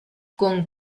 con